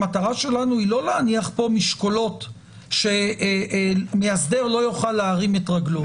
המטרה שלנו היא לא להניח פה משקלות שמאסדר לא יוכל להרים את רגלו.